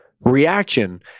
reaction